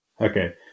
Okay